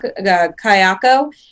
Kayako